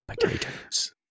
Potatoes